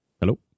Hello